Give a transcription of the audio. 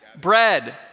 Bread